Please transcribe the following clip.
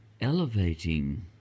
elevating